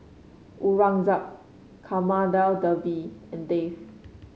Aurangzeb Kamaladevi and Dev